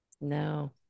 No